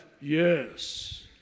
Yes